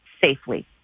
safely